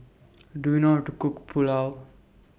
Do YOU know How to Cook Pulao